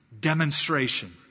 demonstration